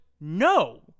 no